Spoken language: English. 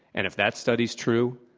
and if that study's true,